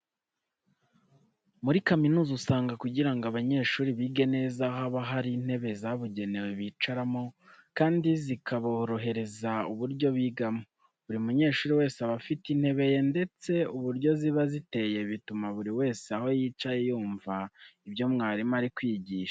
Muri kaminuza usanga kugira ngo abanyeshuri bige neza haba hari intebe zabugenewe bicaramo kandi zikaborohereza uburyo bigamo. Buri munyeshuri wese aba afite intebe ye ndetse uburyo ziba ziteye bituma buri wese aho yicaye yumva ibyo mwarimu ari kwigisha.